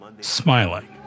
smiling